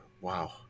wow